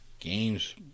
games